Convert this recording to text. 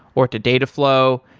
or to dataflow.